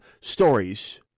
stories